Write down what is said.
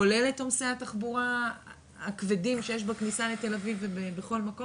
כולל את עומסי התחבורה הכבדים שיש בכניסה לתל אביב ובכל מקום?